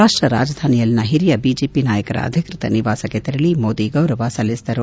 ರಾಷ್ಟ ರಾಜಧಾನಿಯಲ್ಲಿನ ಹಿರಿಯ ಬಿಜೆಪಿ ನಾಯಕರ ಅಧಿಕೃತ ನಿವಾಸಕ್ಕೆ ತೆರಳಿ ಮೋದಿ ಗೌರವ ಸಲ್ಲಿಸಿದರು